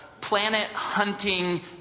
planet-hunting